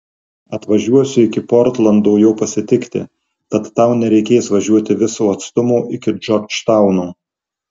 atvažiuosiu iki portlando jo pasitikti tad tau nereikės važiuoti viso atstumo iki džordžtauno